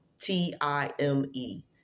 T-I-M-E